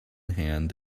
hand